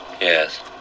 Yes